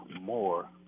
more